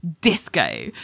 Disco